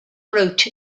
fruit